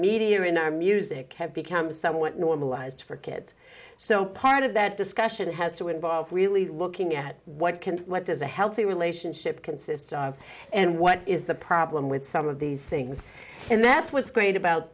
media or in our music have become somewhat normalized for kids so part of that discussion has to involve really looking at what can what does a healthy relationship consist of and what is the problem with some of these things and that's what's great about